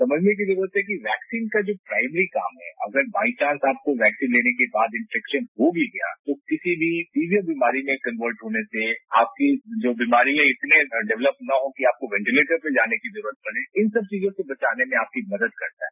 समझने की जरूरत है कि वैक्सीन का जो प्राइमरी काम है अगर बाइचांस आपको वैक्सीन लेने के बाद इनेफेक्शन हो भी गया तो किसी भी सीवियर बीमारी में कन्वर्ट होने से आपके जो बीमारियां इतने डेवलप न हो कि आपको वेंटिलेटर पर जाने की जरूरत पड़े इन सब चीजों से बचाने में आपकी मदद करता है